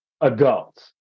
adults